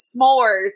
s'mores